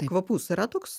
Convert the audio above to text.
kvapus yra toks